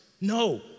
No